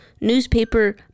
newspaper